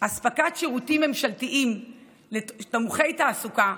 אספקת שירותים ממשלתיים לתומכי תעסוקה,